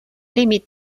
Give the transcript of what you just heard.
límit